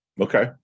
Okay